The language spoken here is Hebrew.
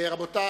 רבותי,